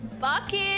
Bucket